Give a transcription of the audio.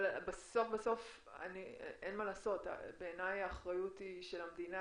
אבל בסוף-בסוף בעיניי האחריות היא של המדינה,